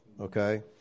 Okay